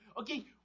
okay